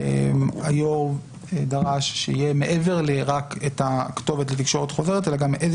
היו"ר דרש שיהיה מעבר לרק את הכתובת לתקשורת חוזרת גם איזה